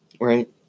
right